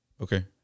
Okay